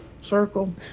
circle